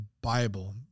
Bible